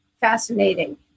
fascinating